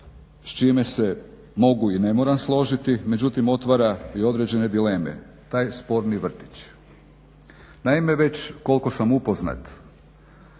s čime se mogu i ne moram složiti. Međutim, otvara i određene dileme taj sporni vrtić. Naime, već koliko sam upoznat